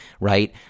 right